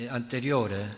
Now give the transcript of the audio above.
anteriore